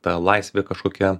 ta laisvė kažkokia